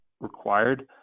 required